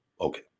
Okay